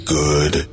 good